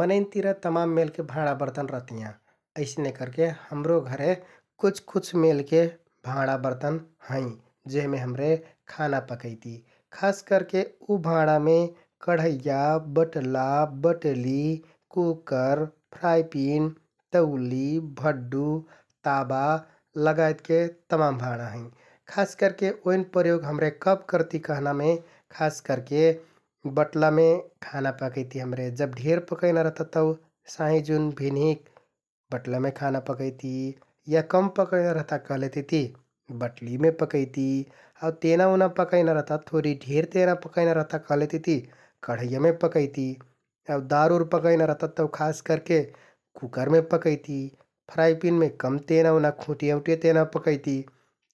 मनैंन तिरा तमाम मेलके भाँडा बर्तन रहतियाँ । अइसने करके हमरो घरे कुछ, कुछ मेलके भाँडा बर्तन हैं जेहमे हमरे खाना पकैति । खास करके उ भाँडामे कढैया, बट्ला, बटुलि, कुकर, फ्राइपिन, तौलि, भड्‍डु, ताबा लगायतके तमाम भाँडा हैं । खास करके ओइन प्रयोग हमरे कब करति कहनामे खास करके बटलामे खाना पकैति हमरे । जब धेर पकैना रहता तौ साँहिजुन, भिन्हिंक बटलामे खाना पकैति या कम पकैना रहता कहलेतिति बटुलिमे पकैति आउ तेना उना पकैना रहता । थोरि ढेर तेना पकैना रहता कहलेतिति कढैयामे पकैति आउ दार उर पकैना रहता तौ खास करके कुकरमे पकैति, फ्राइपिनमे कम तेना उना खुँटिया उँटिया तेना पकैति ।